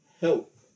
help